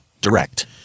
direct